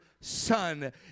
son